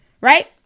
right